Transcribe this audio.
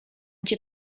cię